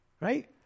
Right